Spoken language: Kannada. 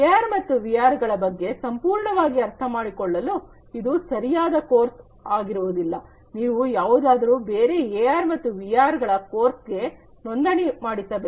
ಎಆರ್ ಮತ್ತು ವಿಆರ್ ಗಳ ಬಗ್ಗೆ ಸಂಪೂರ್ಣವಾಗಿ ಅರ್ಥಮಾಡಿಕೊಳ್ಳಲು ಇದು ಸರಿಯಾದ ಕೋರ್ಸ್ ಆಗಿರುವುದಿಲ್ಲ ನೀವು ಯಾವುದಾದರೂ ಬೇರೆ ಎಆರ್ ಮತ್ತು ವಿಆರ್ ಗಳ ಕೋರ್ಸ್ಗೆ ಗೆ ನೋಂದಣಿ ಮಾಡಿಸಬೇಕು